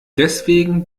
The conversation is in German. deswegen